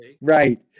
Right